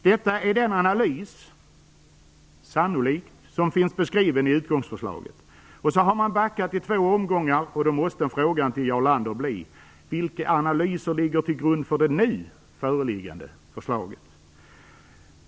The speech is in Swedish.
Detta är den analys som finns beskriven i utgångsförslaget. Man har backat i två omgångar. Frågan till Jarl Lander måste bli följande: Vilka analyser ligger till grund för det nu föreliggande förslaget?